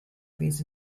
base